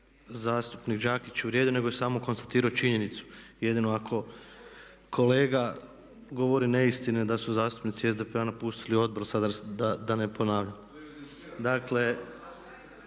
zastupnik Đakić uvrijedio, nego je samo konstatirao činjenicu. Jedino ako kolega govori neistine da su zastupnici SDP-a nastupili odbor, sad da ne ponavljam.